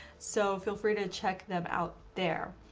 so feel free to check them out there.